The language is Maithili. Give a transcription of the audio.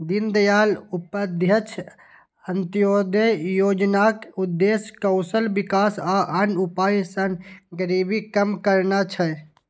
दीनदयाल उपाध्याय अंत्योदय योजनाक उद्देश्य कौशल विकास आ अन्य उपाय सं गरीबी कम करना छै